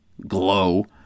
Glow